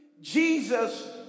Jesus